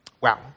Wow